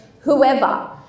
whoever